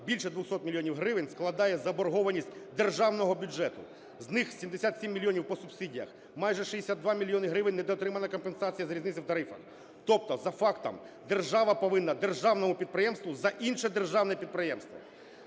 більше 200 мільйонів гривень складає заборгованість державного бюджету. З них: 77 мільйонів – по субсидіях, майже 62 мільйони гривень – недоотримана компенсація з різниці в тарифах. Тобто за фактом держава повинна державному підприємству за інше державне підприємство.